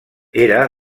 era